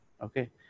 okay